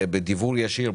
בדיוור ישיר,